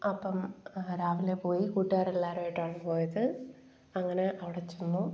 അപ്പം രാവിലെ പോയി കൂട്ടുകാരെല്ലാവരുമായിട്ടാണ് പോയത് അങ്ങനെ അവിടെ ചെന്നു